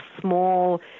small